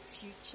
future